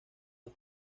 las